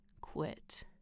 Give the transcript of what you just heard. quit